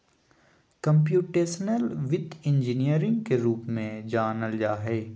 computational वित्त engineering के रूप में जानल जा हइ